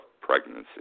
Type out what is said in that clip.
pregnancy